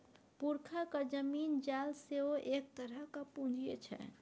पुरखाक जमीन जाल सेहो एक तरहक पूंजीये छै